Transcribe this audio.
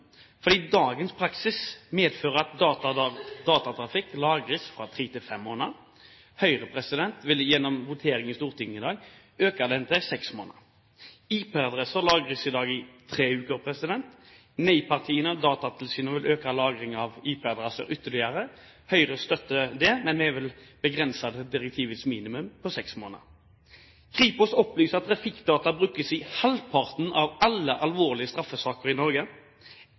moderne samfunn. Dagens praksis medfører at datatrafikk lagres fra ti til fem måneder. Høyre vil gjennom votering i Stortinget i dag øke den til seks måneder. IP-adresser lagres i dag i tre uker. Nei-partiene og Datatilsynet vil øke lagring av IP-adresser ytterligere. Høyre støtter det, men vi vil begrense det til direktivets minimum på seks måneder. Kripos opplyser at trafikkdata brukes i halvparten av alle alvorlige straffesaker i